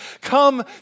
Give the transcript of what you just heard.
Come